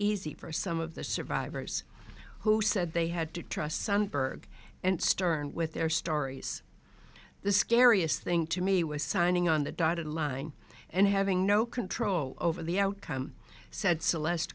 easy for some of the survivors who said they had to trust sundberg and stern with their stories the scariest thing to me was signing on the dotted line and having no control over the outcome said celeste